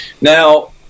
Now